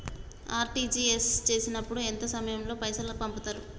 RTGS చేసినప్పుడు ఎంత సమయం లో పైసలు పంపుతరు?